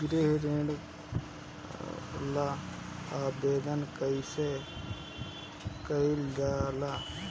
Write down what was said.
गृह ऋण ला आवेदन कईसे करल जाला?